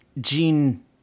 Gene